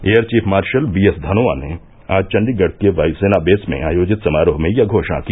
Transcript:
air chief marshal B S Dhanoa ने आज चण्डीगढ़ के वायुसेना बेस में आयोजित समारोह में यह घोषणा की